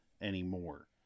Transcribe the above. anymore